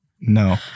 No